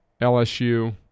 LSU